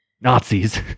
Nazis